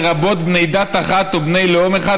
לרבות בני דת אחת או בני לאום אחד,